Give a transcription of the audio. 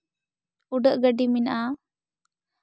ᱩᱰᱟᱹᱜ ᱜᱟᱹᱰᱤ ᱢᱮᱱᱟᱜᱼᱟ